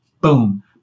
boom